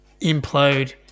implode